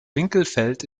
winkelfeld